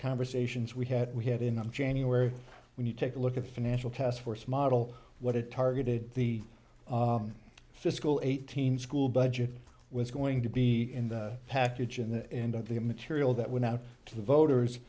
conversations we had we had in january when you take a look at financial task force model what it targeted the fiscal eighteen school budget was going to be in the package in the end of the material that went out to the voters